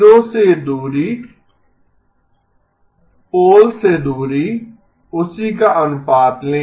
zero से दूरी pole से दूरी उसी का अनुपात लें